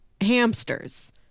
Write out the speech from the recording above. hamsters